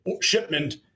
shipment